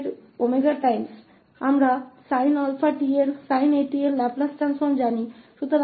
और यह sin 𝑎𝑡 हम डेरीवेटिव जानते हैं हम sin 𝑎𝑡 के लाप्लास रूपान्तरण को जानते हैं